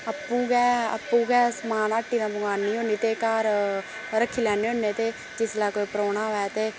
आपूं गै आपूं गै समान हट्टी दा मंगवानी होन्नी ते घर रक्खी लैन्नी होन्नी ते जिसलै कोई परौह्ना आवै ते